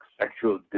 sexual